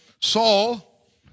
Saul